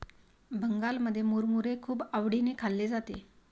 बंगालमध्ये मुरमुरे खूप आवडीने खाल्ले जाते